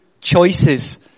choices